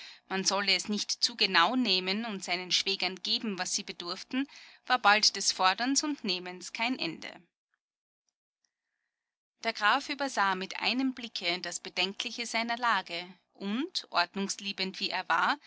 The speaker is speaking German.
man solle es nicht zu genau nehmen und seinen schwägern geben was sie bedurften war bald des forderns und nehmens kein ende der graf übersah mit einem blicke das bedenkliche seiner lage und ordnungsliebend wie er war